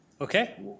Okay